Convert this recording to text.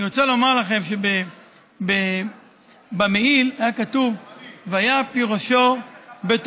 אני רוצה לומר לכם שבמעיל היה כתוב: "והיה פי ראשו בתוכו,